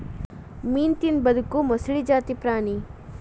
ಮೇನಾ ತಿಂದ ಬದಕು ಮೊಸಳಿ ಜಾತಿ ಪ್ರಾಣಿ